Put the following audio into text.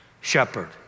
shepherd